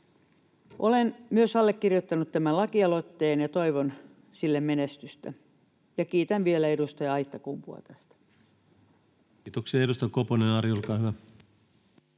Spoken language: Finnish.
Olen myös allekirjoittanut tämän lakialoitteen ja toivon sille menestystä, ja kiitän vielä edustaja Aittakumpua tästä. Kiitoksia. — Edustaja Koponen Ari, olkaa hyvä.